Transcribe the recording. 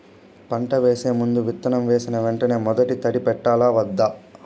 పంట వేసే ముందు, విత్తనం వేసిన వెంటనే మొదటి తడి పెట్టాలా వద్దా?